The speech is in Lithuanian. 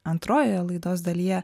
antrojoje laidos dalyje